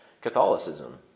Catholicism